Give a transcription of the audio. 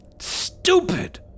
stupid